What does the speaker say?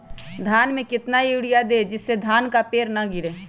धान में कितना यूरिया दे जिससे धान का पेड़ ना गिरे?